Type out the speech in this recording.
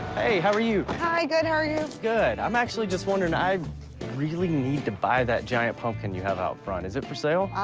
hey, how are you? hi, good, how are you? good. i'm actually just wondering i really need to buy that giant pumpkin you have out front. is it for sale?